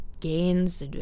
gains